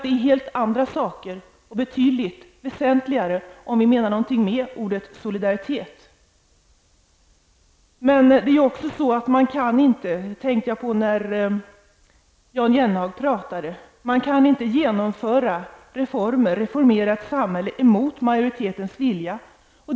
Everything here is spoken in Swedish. Det är helt andra och betydligt väsentligare saker det gäller om vi menar något med ordet solidaritet. Som Jan Jennehag sade kan man inte reformera ett samhälle emot majoritetens vilja.